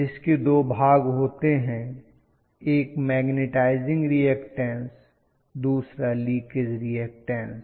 जिसके दो भाग होते हैं एक मैग्नेटाइजिंग रीऐक्टन्स दूसरा लीकेज रीऐक्टन्स